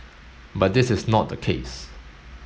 but this is not the case